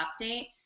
update